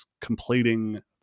completing